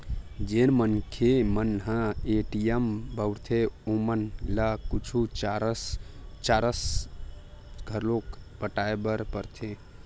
जेन मनखे मन ह ए.टी.एम बउरथे ओमन ल कुछु चारज घलोक पटाय बर परथे